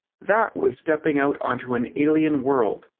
that was stepping out onto an alien world.